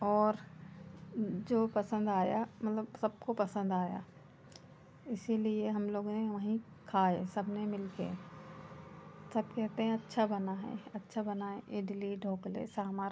और जो पसंद आया मतलब सबको पसंद आया इसीलिए हम लोगों ने वहीं खाए सबने मिलकर सब कहते हैं अच्छा बना है अच्छा बना है इडली ढोकले सांभर